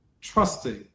trusting